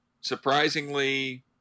Surprisingly